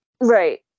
Right